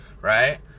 right